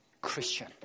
Christian